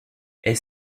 est